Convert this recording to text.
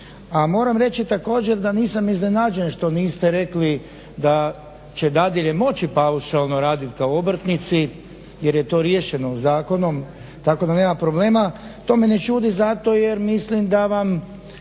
a moram reći također da nisam iznenađen što niste rekli da će dadilje moći paušalno raditi kao obrtnici jer je to riješeno zakonom, tako da nema problema. To me ne čudi zato jer mislim da vam